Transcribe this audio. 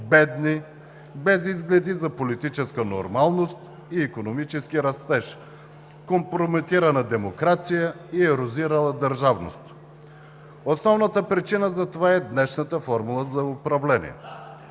бедни, без изгледи за политическа нормалност и икономически растеж, компрометирана демокрация и ерозирала държавност. Основната причина за това е днешната формула за управление.